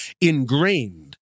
ingrained